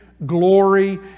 glory